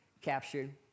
captured